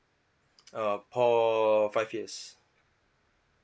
uh for five years